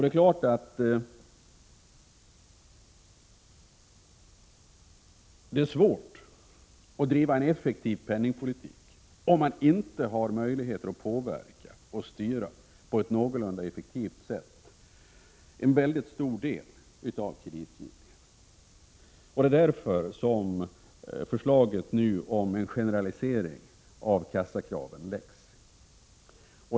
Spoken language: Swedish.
Det är naturligtvis svårt att driva en effektiv penningpolitik, om man inte har möjligheter att påverka och på ett någorlunda effektivt sätt styra en stor del av kreditgivningen. Det är därför som förslaget om en generalisering av kassakraven nu läggs fram.